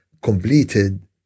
completed